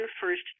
first